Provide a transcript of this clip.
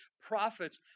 prophets